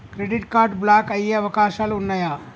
Credit card block అయ్యే అవకాశాలు ఉన్నయా?